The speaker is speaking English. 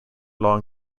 long